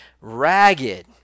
ragged